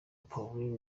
paulin